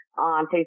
on